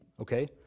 Okay